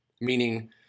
meaning